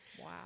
wow